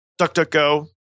DuckDuckGo